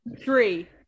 three